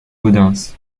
gaudens